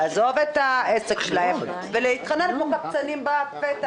לעזוב את העסק שלהם ולהתחנן כמו קבצנים בפתח.